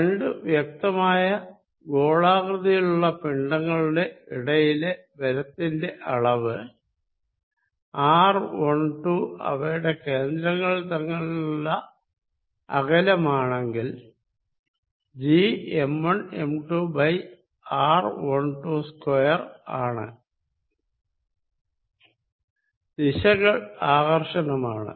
രണ്ടു വ്യക്തമായ ഗോളാകൃതിയിലുള്ള പിണ്ഡങ്ങളുടെ ഇടയിലെ ബലത്തിന്റെ അളവ് r12 അവയുടെ കേന്ദ്രങ്ങൾ തമ്മിലുള്ള അകലമാണെങ്കിൽ Gm1m2r122 ആണ് ദിശകൾ ആകർഷണമാണ്